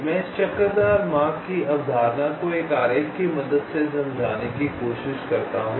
मैं इस चक्करदार मार्ग की अवधारणा को एक आरेख की मदद से समझाने की कोशिश करता हूँ